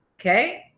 Okay